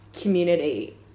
community